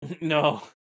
No